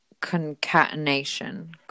concatenation